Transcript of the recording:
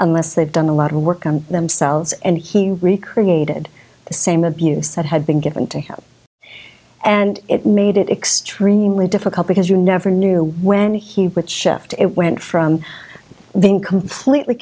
they've done a lot of work on themselves and he recreated the same abuse that had been given to him and it made it extremely difficult because you never knew when he would shift it went from being completely